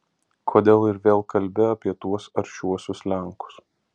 kodėl ir vėl kalbi apie tuos aršiuosius lenkus